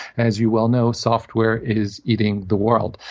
as you well know, software is eating the world.